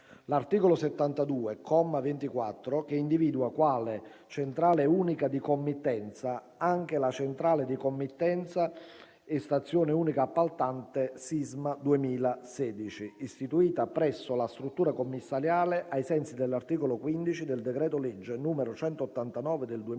l’articolo 72, comma 24, che individua quale centrale unica di committenza anche la “Centrale di committenza e stazione unica appaltante sisma 2016”, istituita presso la struttura commissariale ai sensi dell’articolo 15 del decreto-legge n.189/2016